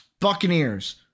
Buccaneers